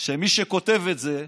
שמי שכותב את זה,